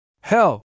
Hell